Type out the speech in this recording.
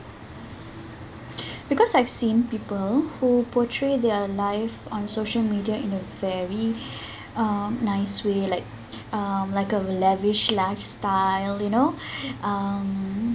because I've seen people who portray their life on social media in a very uh nice way like um like a lavish lifestyle you know um